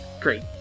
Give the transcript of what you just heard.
Great